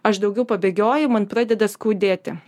aš daugiau pabėgioju man pradeda skaudėti